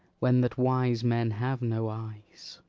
when that wise men have no eyes?